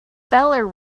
feller